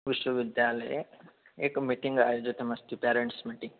विश्वविद्यालये एकं मीटिङ्ग् आयोजितमस्ति पेरेण्ट्स् मीटिङ्ग्